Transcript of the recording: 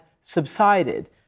subsided